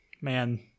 man